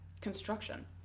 construction